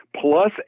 plus